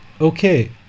Okay